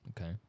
Okay